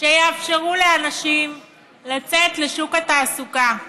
שיאפשרו לאנשים לצאת לשוק התעסוקה.